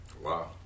Wow